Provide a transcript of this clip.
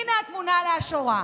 הינה התמונה לאשורה: